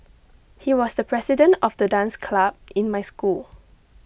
he was the president of the dance club in my school